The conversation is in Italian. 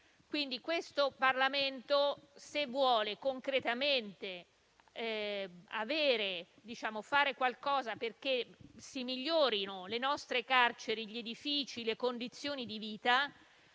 quindi, questo Parlamento, se vuole concretamente fare qualcosa perché si migliorino le nostre carceri, gli edifici, le condizioni di vita,